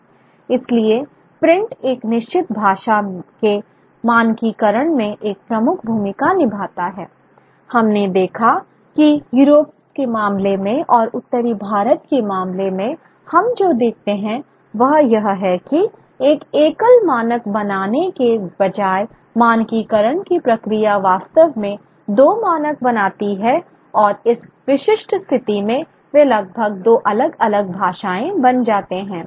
इसलिए प्रिंट एक निश्चित भाषा के मानकीकरण में एक प्रमुख भूमिका निभाता है हमने देखा कि यूरोप के मामले में और उत्तरी भारत के मामले में हम जो देखते हैं वह यह है कि एक एकल मानक बनाने के बजाय मानकीकरण की प्रक्रिया वास्तव में दो मानक बनाती है और इस विशिष्ट स्थिति में वे लगभग दो अलग अलग भाषाएँ बन जाते हैं